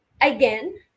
again